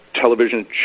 television